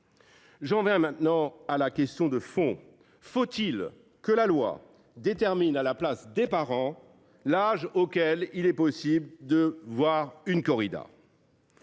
J’en viens maintenant à la question de fond : la loi doit elle déterminer, à la place des parents, l’âge auquel il est possible de voir une corrida ?